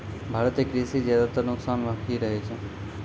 भारतीय कृषि ज्यादातर नुकसान मॅ ही रहै छै